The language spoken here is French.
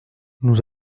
nous